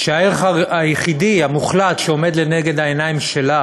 והערך היחידי, המוחלט, שעומד לנגד העיניים שלה